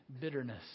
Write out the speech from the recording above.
bitterness